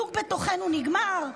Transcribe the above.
הפילוג בתוכנו נגמר,